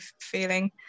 feeling